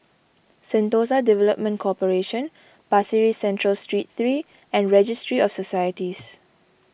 Sentosa Development Corporation Pasir Ris Central Street three and Registry of Societies